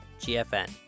GFN